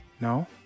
No